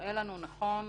נראה לנו נכון